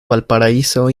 valparaíso